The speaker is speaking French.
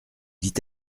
dit